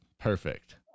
perfect